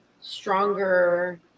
stronger